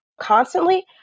constantly